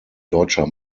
deutscher